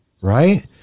right